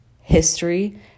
history